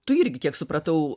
tu irgi kiek supratau